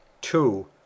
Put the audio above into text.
two